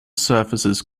surfaces